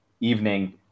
evening